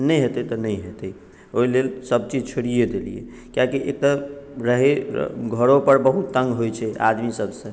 नहि हेतै तऽ नहि हेतै ओहिलेल सभचीज छोड़िए देलियै कियाकि एक तऽ रहैत घरोपर बहुत तङ्ग होइत छै आदमीसभसँ